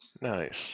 Nice